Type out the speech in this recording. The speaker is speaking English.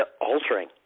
altering